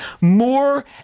more